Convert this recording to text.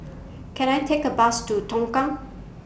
Can I Take A Bus to Tongkang